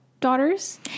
daughters